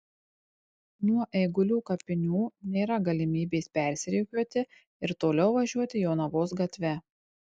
nuo eigulių kapinių nėra galimybės persirikiuoti ir toliau važiuoti jonavos gatve